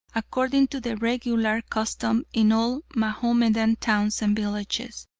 according to the regular custom in all mahomedan towns and villages,